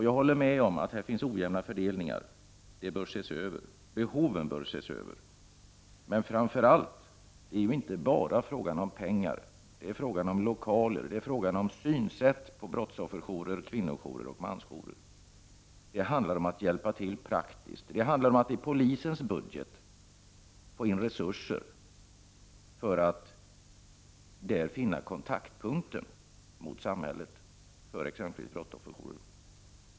Jag håller med om att här finns ojämna fördelningar. Behoven bör ses över. Men det är ju inte bara fråga om pengar. Det är fråga om lokaler, det är fråga om synsätt när det gäller brottsofferjourer, kvinnojourer och mansjourer. Det handlar om att hjälpa till praktiskt, det handlar om att i polisens budget få in resurser för att finna kontaktpunkten mot samhället för exempelvis brottsofferjouren.